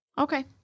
Okay